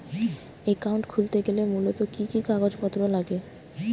Account খুলতে গেলে মূলত কি কি কাগজপত্র লাগে?